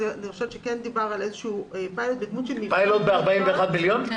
אז אני חושבת שכן דובר על איזה שהוא פיילוט --- פיילוט ב-41 מיליון?